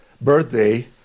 birthday